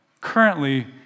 currently